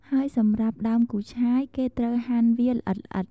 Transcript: ហើយសម្រាប់ដើមគូឆាយ គេត្រូវហាន់វាល្អិតៗ។